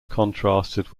contrasted